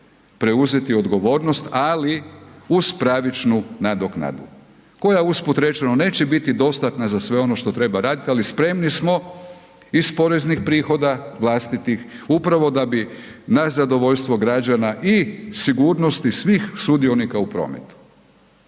preuzeti odgovornost, ali uz pravičnu nadoknadu. Koja usput rečeno neće biti dostatna za sve ono što treba raditi, ali spremni smo iz poreznih prihoda vlastitih, upravo da bi na zadovoljstvo građana i sigurnosti svih sudionika u prometu.